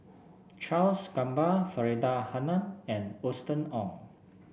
Charles Gamba Faridah Hanum and Austen Ong